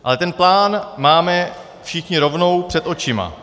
Ale ten plán máme všichni rovnou před očima.